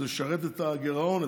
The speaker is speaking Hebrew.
זה לשרת את הגירעון,